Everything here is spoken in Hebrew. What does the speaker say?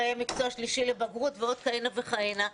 ראה מקצוע שלישי לבגרות ועוד כהנה וכהנה,